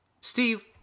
steve